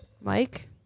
Mike